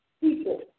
people